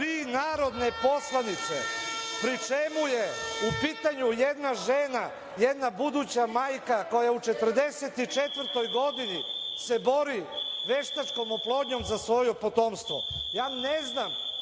tri narodne poslanice, pri čemu je u pitanju i jedna žena, jedna buduća majka koja u 44. godini se bori veštačkom oplodnjom za svoje potomstvo. Ja ne znam